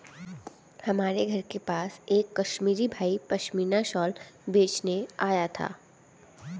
हमारे घर के पास एक कश्मीरी भाई पश्मीना शाल बेचने आया था